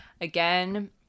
again